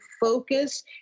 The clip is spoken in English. focus